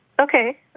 Okay